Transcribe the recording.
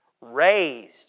raised